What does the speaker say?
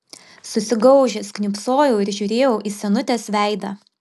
susigaužęs kniūbsojau ir žiūrėjau į senutės veidą